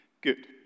Good